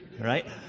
right